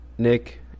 Nick